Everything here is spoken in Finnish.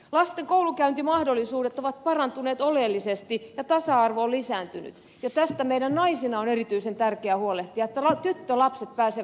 lasten koulunkäyntimahdollisuudet ovat parantuneet oleellisesti ja tasa arvo on lisääntynyt ja tästä meidän naisina on erityisen tärkeä huolehtia että tyttölapset pääsevät kouluun